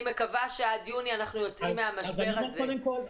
אני מקווה שעד יוני אנחנו יוצאים מהמשבר הזה.